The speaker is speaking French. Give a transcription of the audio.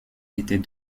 était